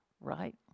right